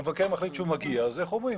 אם המבקר מחליט שהוא מגיע, הוא מגיע.